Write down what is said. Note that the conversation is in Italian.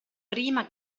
prima